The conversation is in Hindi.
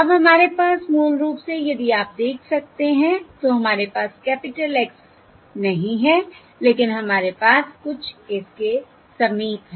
अब हमारे पास मूल रूप से यदि आप देख सकते हैं तो हमारे पास कैपिटल X s नहीं है लेकिन हमारे पास कुछ इसके समीप है